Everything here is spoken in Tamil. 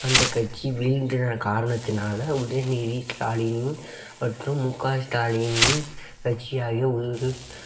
அந்த கட்சி வீழ்ந்த காரணத்தினால உதயநிதி ஸ்டாலினும் மற்றும் முக ஸ்டாலினின் கட்சியாக உரு